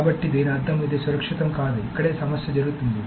కాబట్టి దీని అర్థం ఇది సురక్షితం కాదు ఇక్కడే సమస్య జరుగుతుంది